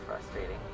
frustrating